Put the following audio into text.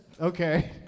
Okay